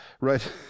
Right